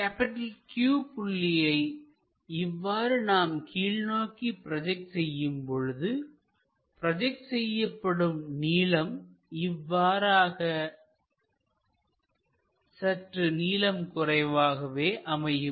Q புள்ளியை இவ்வாறு நாம் கீழ்நோக்கி ப்ரோஜெக்ட் செய்யும்பொழுது ப்ரோஜெக்ட் செய்யப்படும் நீளம் இவ்வாறாக சற்று நீளம் குறைவாகவே அமையும்